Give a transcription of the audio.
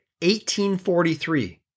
1843